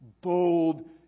bold